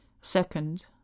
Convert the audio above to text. Second